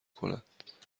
کند